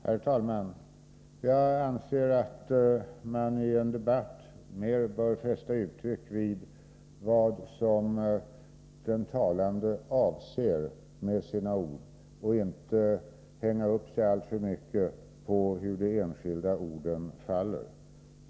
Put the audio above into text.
Herr talman! Jag anser att man i en debatt mer bör fästa vikt vid vad den talande avser med sina ord och inte hänga upp sig alltför mycket på hur de enskilda orden faller.